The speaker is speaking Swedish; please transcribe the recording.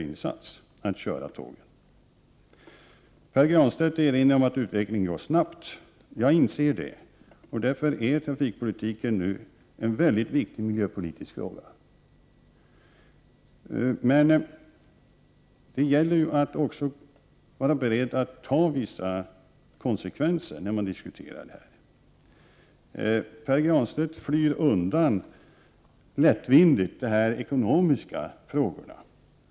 Pär Granstedt erinrade om att utvecklingen nu går snabbt. Det inser jag och därför är trafikpolitiken en väldigt viktig miljöpolitisk fråga. Men man måste också vara beredd att ta vissa konsekvenser när man diskuterar detta. Pär Granstedt flyr lättvindigt undan de ekonomiska frågorna.